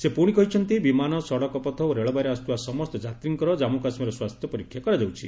ସେ ପୁଣି କହିଛନ୍ତି ବିମାନ ସଡ଼କ ପଥ ଓ ରେଳବାଇରେ ଆସୁଥିବା ସମସ୍ତ ଯାତ୍ରୀଙ୍କର ଜମ୍ମୁ କାଶ୍ମୀରରେ ସ୍ୱାସ୍ଥ୍ୟ ପରୀକ୍ଷା କରାଯାଉଛି